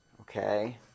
okay